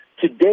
Today